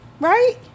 right